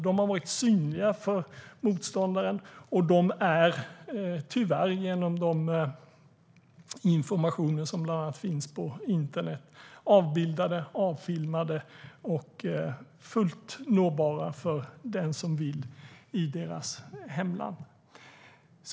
De har varit synliga för motståndaren, och de är tyvärr genom de informationer som bland annat finns på internet avbildade, avfilmade och fullt nåbara för den som vill i deras hemland.